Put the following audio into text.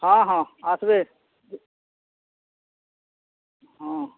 ହଁ ହଁ ଆସ୍ବେ ହଁ